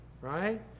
right